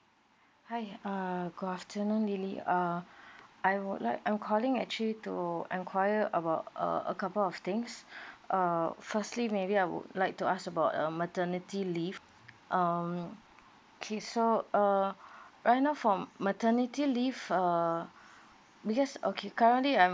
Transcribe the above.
hi err go afternoon lily uh I would like I'm calling actually to enquire about a a couple of things err firstly maybe I would like to ask about uh maternity leave um okay so uh right now for maternity leave err because okay currently I'm